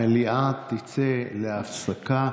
המליאה תצא להפסקה.